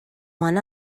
one